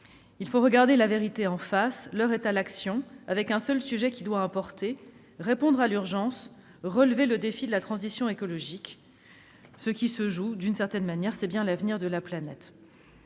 Il faut regarder la réalité en face. L'heure est à l'action. Un seul sujet doit importer : répondre à l'urgence, relever le défi de la transition écologique. En un sens, ce qui se joue, c'est bien l'avenir de la planète.